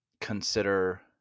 consider